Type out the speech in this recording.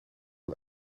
het